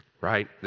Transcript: right